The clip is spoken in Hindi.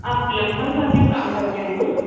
आप प्लंबर वाले काम करते है ना